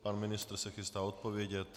Pan ministr se chystá odpovědět.